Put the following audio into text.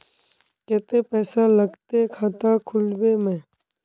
केते पैसा लगते खाता खुलबे में?